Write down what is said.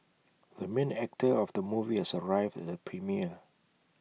the main actor of the movie has arrived at the premiere